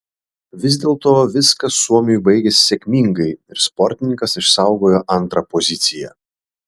vis dėlto viskas suomiui baigėsi sėkmingai ir sportininkas išsaugojo antrą poziciją